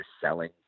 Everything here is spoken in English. selling